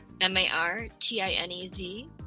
M-A-R-T-I-N-E-Z